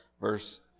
verse